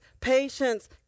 patience